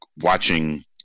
watching